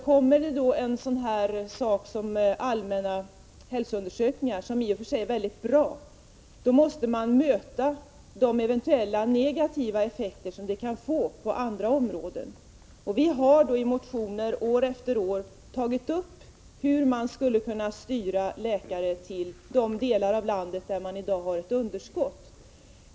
Kommer det då en sådan sak som allmänna hälsoundersökningar, som i och för sig är mycket bra, måste man möta de eventuella negativa effekter de kan få på andra områden, om man skall leva upp till vad som sägs i hälsooch sjukvårdslagen. Vi har i motioner år efter år framlagt förslag om hur man skulle kunna styra läkare till de delar av landet där det i dag råder underskott.